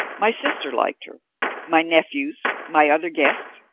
my sister liked her my nephews, my other guests,